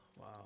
Wow